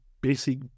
basic